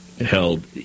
held